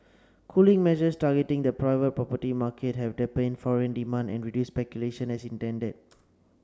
cooling measures targeting the private property market have dampened foreign demand and reduced speculation as intended